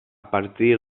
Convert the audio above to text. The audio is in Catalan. partir